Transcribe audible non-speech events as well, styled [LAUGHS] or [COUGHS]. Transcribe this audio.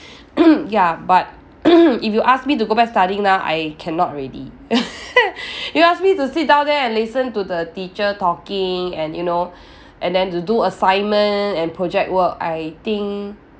[COUGHS] ya but [COUGHS] if you ask me to go back studying now I cannot already [LAUGHS] you ask me to sit down there and listen to the teacher talking and you know and then to do assignment and project work I think